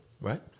right